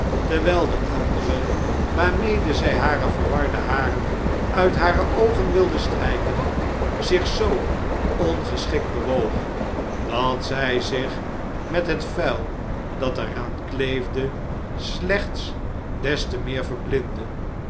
terwijl de andere waarmede zij hare verwarde haren uit hare oogen wilde strijken zich zoo ongeschikt bewoog dat zij zich met het v'uil dat er aan kleefde slechts des te meer verblindde